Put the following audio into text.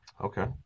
Okay